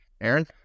Aaron